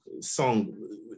song